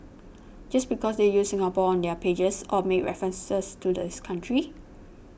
just because they use Singapore on their pages or make references to this country